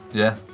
yeah,